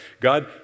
God